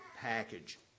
package